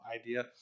idea